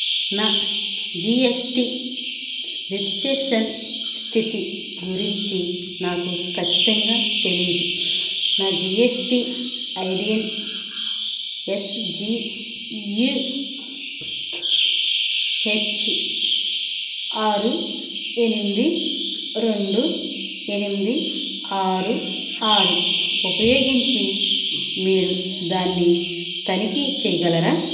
నా GST registration స్థితి గురించి నాకు ఖచ్చితంగా తెలియదు నా GSTIN S G U H ఆరు ఎనిమిది రెండు ఎనిమిది ఆరు ఆరు ఉపయోగించి మీరు దాన్ని తనిఖీ చేయగలరా